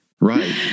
Right